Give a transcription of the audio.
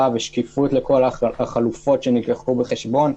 ושקיפות לכל החלופות שנלקחו בחשבון,